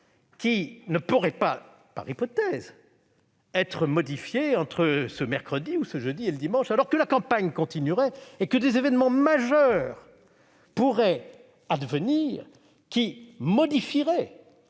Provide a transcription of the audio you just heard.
qui ne pourrait pas, par hypothèse, être modifié entre ce mercredi ou ce jeudi et le dimanche, alors que la campagne continuerait et que des événements majeurs pourraient advenir, des événements